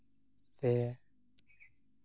ᱯᱮ